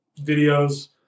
videos